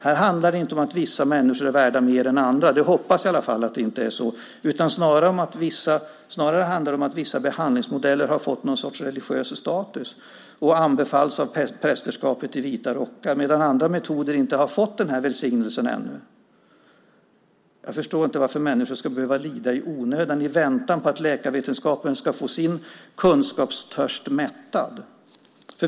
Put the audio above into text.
Det handlar inte om att vissa människor är värda mer än andra - jag hoppas i alla fall att det inte är så - utan snarare om att vissa behandlingsmodeller har fått någon sorts religiös status och anbefalls av prästerskapet i vita rockar medan andra metoder inte har fått den välsignelsen ännu. Jag förstår inte varför människor ska behöva lida i onödan i väntan på att läkarvetenskapen ska få sin kunskapstörst mättad.